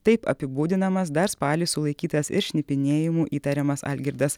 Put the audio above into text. taip apibūdinamas dar spalį sulaikytas ir šnipinėjimu įtariamas algirdas